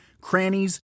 crannies